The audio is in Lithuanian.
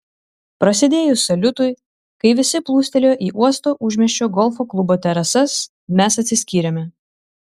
prasidėjus saliutui kai visi plūstelėjo į uosto užmiesčio golfo klubo terasas mes atsiskyrėme